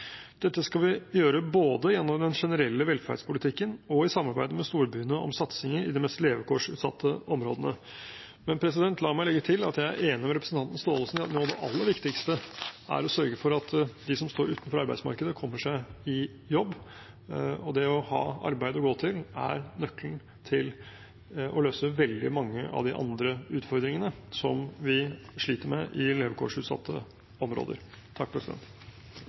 Dette skal vi gjøre både gjennom den generelle velferdspolitikken og i samarbeidet med storbyene om satsinger i de mest levekårsutsatte områdene. La meg legge til at jeg er enig med representanten Gåsemyr Staalesen i at noe av det aller viktigste er å sørge for at de som står utenfor arbeidsmarkedet, kommer seg i jobb. Det å ha et arbeid å gå til er nøkkelen til å løse veldig mange av de utfordringene som vi sliter med i levekårsutsatte områder.